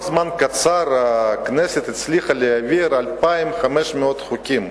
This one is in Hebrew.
בתוך זמן קצר הצליחה הכנסת להעביר 2,500 חוקים.